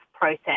process